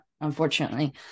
unfortunately